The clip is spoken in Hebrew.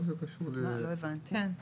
אלה תקנות